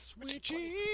Switchy